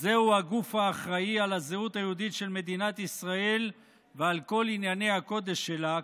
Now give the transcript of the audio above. זהו הגוף האחראי לזהות היהודית של מדינת ישראל ולכל ענייני הקודש שלה,